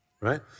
right